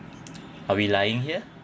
are we lying here